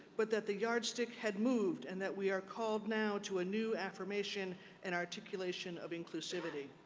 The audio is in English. but that the yardstick had moved and that we are called now to a new affirmation and articulation of inclusivity.